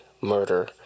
murder